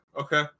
okay